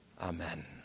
Amen